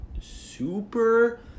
super